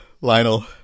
Lionel